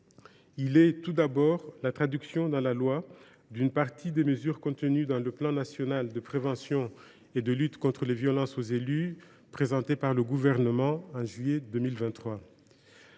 tout d’abord, une traduction dans la loi d’une partie des mesures du plan national de prévention et de lutte contre les violences aux élus présenté par le Gouvernement en juillet 2023.